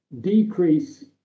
decrease